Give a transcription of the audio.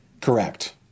Correct